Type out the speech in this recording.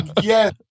yes